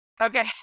okay